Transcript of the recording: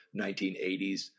1980s